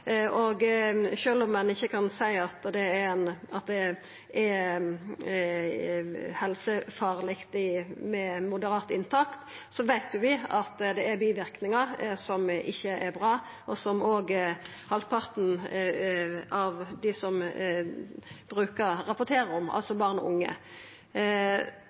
om ein ikkje kan seia at det er helsefarleg med moderat inntak, veit vi at det er biverknader som ikkje er bra, som òg halvparten av brukarane, altså barn og unge, rapporterer om.